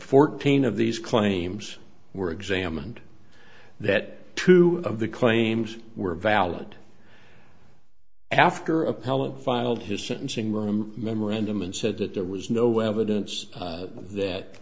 fourteen of these claims were examined that two of the claims were valid after appellant filed his sentencing room memorandum and said that there was no evidence that